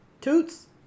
Toots